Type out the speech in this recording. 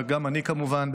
וגם אני כמובן,